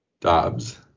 Dobbs